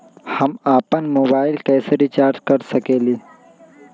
हम अपन मोबाइल कैसे रिचार्ज कर सकेली?